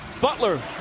Butler